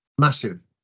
massive